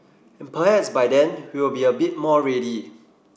and perhaps by then we'll be a bit more ready